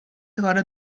gerade